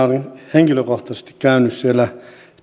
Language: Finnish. henkilökohtaisesti käynyt siellä